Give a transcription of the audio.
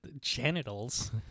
genitals